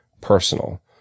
personal